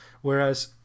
Whereas